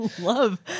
love